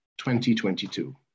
2022